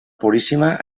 puríssima